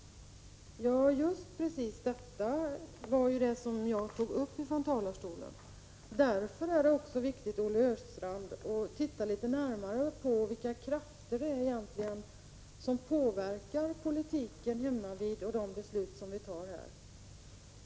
Ja, just precis detta var det som jag tog upp från talarstolen. Därför är det också viktigt, Olle Östrand, att titta litet närmare på vilka krafter det egentligen är som påverkar politiken hemmavid och de beslut som vi fattar här.